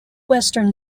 western